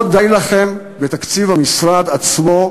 לא די לכם בתקציב המשרד עצמו,